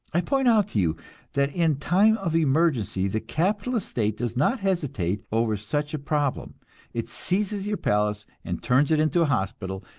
i point out to you that in time of emergency the capitalist state does not hesitate over such a problem it seizes your palace and turns it into a hospital,